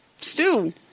stew